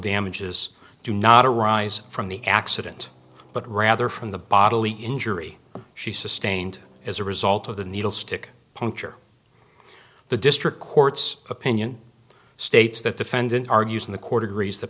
damages do not arise from the accident but rather from the bodily injury she sustained as a result of the needle stick puncture the district court's opinion states that the fans in argues in the court agrees th